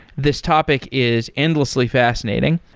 this topic is endlessly fascinating.